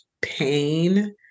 pain